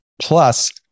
Plus